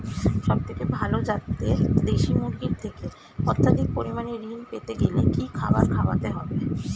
সবথেকে ভালো যাতে দেশি মুরগির থেকে অত্যাধিক পরিমাণে ঋণ পেতে গেলে কি খাবার খাওয়াতে হবে?